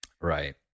Right